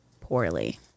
poorly